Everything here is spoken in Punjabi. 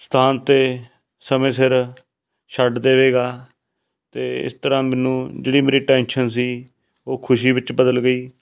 ਸਥਾਨ 'ਤੇ ਸਮੇਂ ਸਿਰ ਛੱਡ ਦੇਵੇਗਾ ਅਤੇ ਇਸ ਤਰ੍ਹਾਂ ਮੈਨੂੰ ਜਿਹੜੀ ਮੇਰੀ ਟੈਨਸ਼ਨ ਸੀ ਉਹ ਖੁਸ਼ੀ ਵਿੱਚ ਬਦਲ ਗਈ